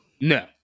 No